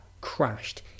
crashed